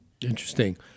Interesting